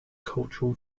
cultural